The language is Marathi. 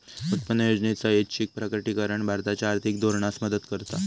उत्पन्न योजनेचा ऐच्छिक प्रकटीकरण भारताच्या आर्थिक धोरणास मदत करता